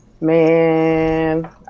man